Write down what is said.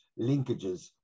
linkages